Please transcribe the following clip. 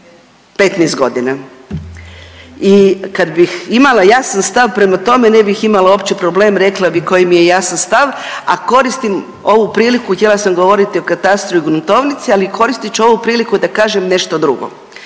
15.g. i kad bih imala jasan stav prema tome ne bih imala uopće problem, rekla bih koji mi je jasan stav, a koristim ovu priliku, htjela sam govoriti o katastru i gruntovnicu, ali koristit ću ovu priliku da kažem nešto drugo.